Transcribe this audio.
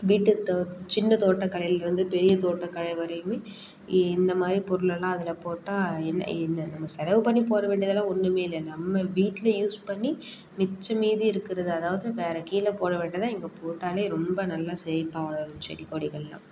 வீட்டுத்தோ சின்ன தோட்ட கலையிலருந்து பெரிய தோட்டக்கலை வரையுமே இ இந்த மாதிரி பொருளெல்லாம் அதில் போட்டால் இன்ன இன்ன நம்ம செலவு பண்ணி போட வேண்டியதெல்லாம் ஒன்றுமே இல்லை நம்ம வீட்டில யூஸ் பண்ணி மிச்ச மீதி இருக்கிறத அதாவது வேற கீழ போட வேண்டியதை இங்கே போட்டாலே ரொம்ப நல்லா செழிப்பாக வளரும் செடி கொடிகள்லாம்